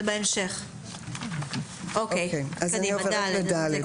בסדר אני עוברת ל-(ד).